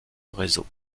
réseau